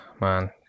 man